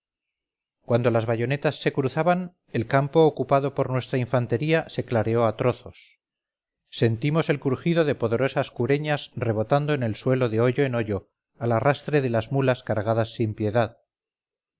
cuando las bayonetas se cruzaban el campo ocupado por nuestra infantería se clareó a trozos sentimosel crujido de poderosas cureñas rebotando en el suelo de hoyo en hoyo al arrastre de las mulas castigadas sin piedad